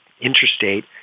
interstate